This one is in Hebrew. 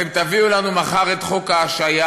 אתם תביאו לנו מחר את חוק ההשעיה,